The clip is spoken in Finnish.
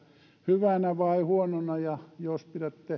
hyvänä vai huonona jos